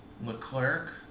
Leclerc